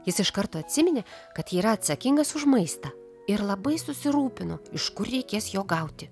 jis iš karto atsiminė kad yra atsakingas už maistą ir labai susirūpino iš kur reikės jo gauti